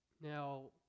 now